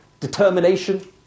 determination